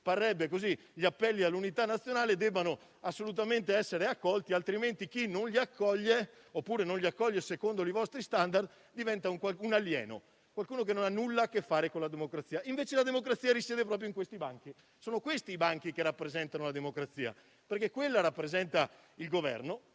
parrebbe così. Gli appelli all'unità nazionale devono essere assolutamente accolti, altrimenti chi non li accoglie, secondo i vostri *standard*, diventa un alieno, qualcuno che non ha nulla a che fare con la democrazia. Invece, la democrazia risiede proprio in questi banchi. Sono questi i banchi che rappresentano la democrazia, perché quelli rappresentano il Governo